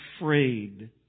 afraid